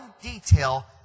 detail